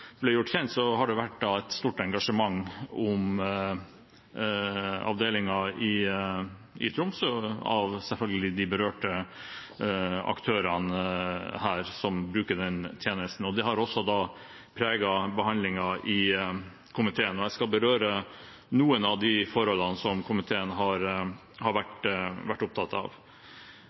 gjort kjent, har det vært et stort engasjement om avdelingen i Tromsø blant de berørte aktørene – selvfølgelig – som bruker denne tjenesten, og det har også preget behandlingen i komiteen. Jeg skal berøre noen av de forholdene som komiteen har vært opptatt av. Komiteen har